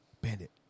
Bandit